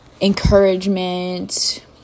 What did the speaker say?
encouragement